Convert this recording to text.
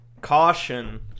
Caution